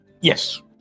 Yes